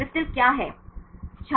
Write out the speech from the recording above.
crystal क्या है